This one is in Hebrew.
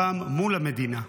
הפעם מול המדינה.